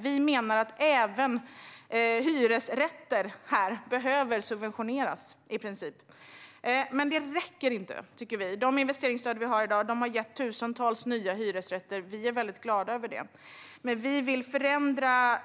Vi menar att även hyresrätter behöver subventioneras. Men det räcker inte. Dagens investeringsstöd har gett tusentals nya hyresrätter, vilket vi är glada över. Men vi vill förändra